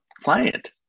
client